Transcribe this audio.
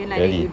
really